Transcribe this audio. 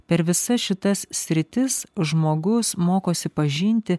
per visas šitas sritis žmogus mokosi pažinti